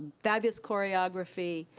fabulous choreography,